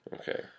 Okay